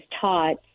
taught